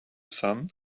sun